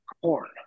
Corn